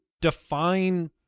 define